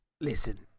Listen